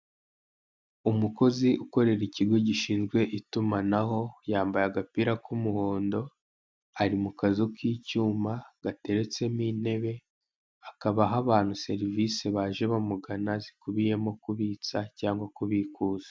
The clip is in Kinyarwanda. Umukozi ukorera ikigo gishinzwe itumanaho yambaye agapira k'umuhondo ari mu kazu k'icyuma akaba aha abantu baje bamugana zikubiyemo kubitsa cyangwa kubikuza.